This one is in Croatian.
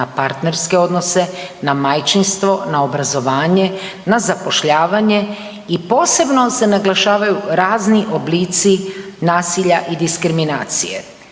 na partnerske odnose, na majčinstvo, na obrazovanje, na zapošljavanje i posebno se naglašavaju razni oblici nasilja i diskriminacije.